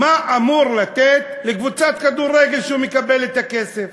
מה הוא אמור לתת לקבוצת כדורגל כשהוא מקבל את הכסף?